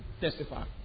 testify